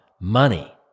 money